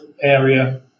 area